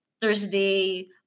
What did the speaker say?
Thursday